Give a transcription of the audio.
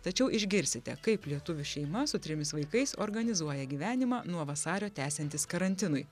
tačiau išgirsite kaip lietuvių šeima su trimis vaikais organizuoja gyvenimą nuo vasario tęsiantis karantinui